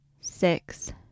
six